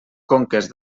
conques